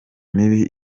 mibi